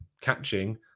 catching